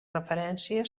referència